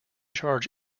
charge